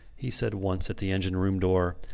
he said once at the engine-room door.